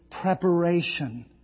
preparation